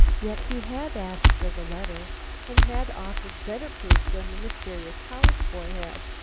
yet he had asked for the letter and had offered better proof than the mysterious college boy had.